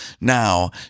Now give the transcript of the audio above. Now